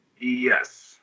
Yes